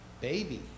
baby